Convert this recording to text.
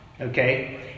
Okay